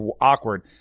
awkward